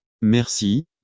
Merci